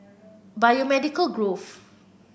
Biomedical Grove